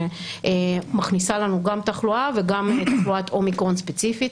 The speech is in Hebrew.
שמכניסה לנו גם תחלואה וגם תחלואת אומיקרון ספציפית.